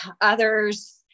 others